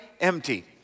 Empty